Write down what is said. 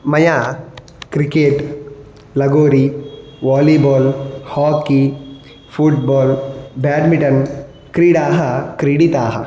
मया क्रिकेट् लगोरि volleyball hockey football badminton क्रीडाः क्रीडिताः